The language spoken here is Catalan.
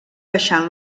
baixant